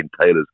Taylor's